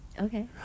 Okay